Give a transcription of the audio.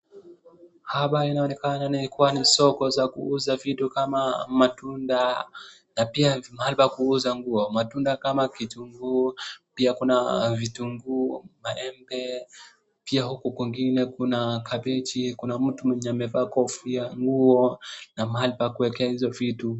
Hapa inaonekana ni soko ya kuuza vitu kama matunda na pia ni pahali pa kuuza nguo , matunda kama vile vitunguu pia kunaa vitunguu ,maembe pia huku kwingine Kuna kabeji kuna mtu mwenye amevaa kofia nguo na pahali pa kuwekea hizo vitu